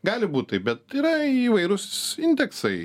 gali būt tai bet yra įvairūs indeksai